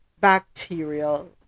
bacterial